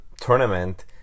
tournament